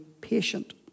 patient